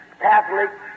Catholic